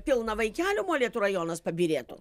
pilna vaikelių molėtų rajonas pabyrėtų